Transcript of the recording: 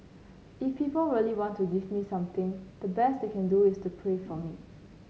if people really want to give me something the best they can do is pray for me